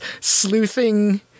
sleuthing